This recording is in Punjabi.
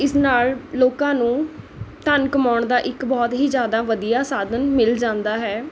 ਇਸ ਨਾਲ਼ ਲੋਕਾਂ ਨੂੰ ਧੰਨ ਕਮਾਉਣ ਦਾ ਇੱਕ ਬਹੁਤ ਹੀ ਜ਼ਿਆਦਾ ਵਧੀਆ ਸਾਧਨ ਮਿਲ ਜਾਂਦਾ ਹੈ